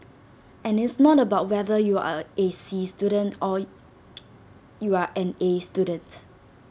and it's not about whether you are A C student or you are an A student